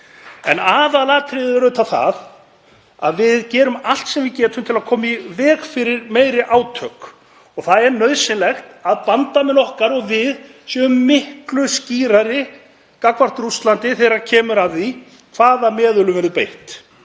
En aðalatriðið er auðvitað það að við gerum allt sem við getum til að koma í veg fyrir meiri átök. Það er nauðsynlegt að bandamenn okkar og við séum miklu skýrari gagnvart Rússlandi þegar kemur að því hvaða meðulum verður beitt.